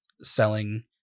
selling